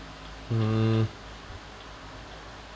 mm